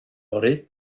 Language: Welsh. fory